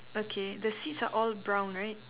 okay the seats are all brown right